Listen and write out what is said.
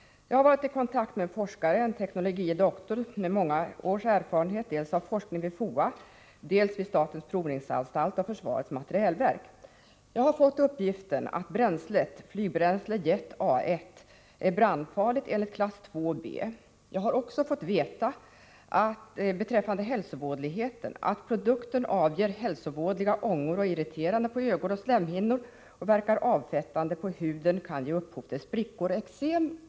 Jag har varit i kontakt med en forskare, en teknologie doktor med många års erfarenhet dels av forskning vid FOA, dels från verksamhet vid statens provningsanstalt och försvarets materielverk. Jag har fått uppgiften att bränslet, flygbränsle Jet A 1, är brandfarligt enligt klass 2B. Vidare har jag beträffande hälsovådligheten fått veta att produkten avger hälsovådliga ångor som irriterar ögon och slemhinnor och som verkar avfettande på huden, vilket kan ge upphov till sprickor och eksem.